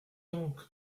donc